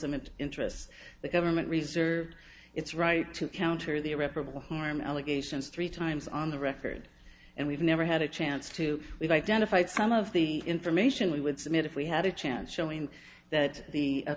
and interest the government reserved its right to counter the irreparable harm allegations three times on the record and we've never had a chance to we've identified some of the information we would submit if we had a chance showing that the